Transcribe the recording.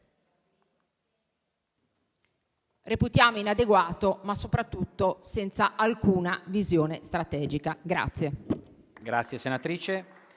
reputiamo inadeguato, ma soprattutto senza alcuna visione strategica.